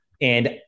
And-